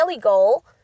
goal